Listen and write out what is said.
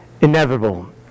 inevitable